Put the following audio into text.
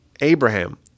Abraham